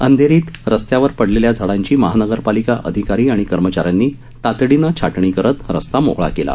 अंधेरीत रस्त्यावर पडलेल्या झाडांची महानगरपालिका अधिकारी आणि कर्मचाऱ्यांनी तातडीने छाटणी करत रस्ता मोकळा केला